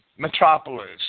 Metropolis